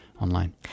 online